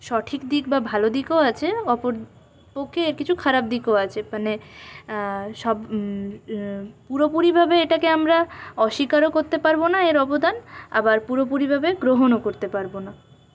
সঠিক দিক বা ভালো দিকও আছে অপরপক্ষে কিছু খারাপ দিকও আছে মানে সব পুরোপুরি ভাবে এটাকে আমরা অস্বীকারও করতে পারবো না এর অবদান আবার পুরোপুরিভাবে গ্রহণও করতে পারব না